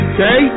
Okay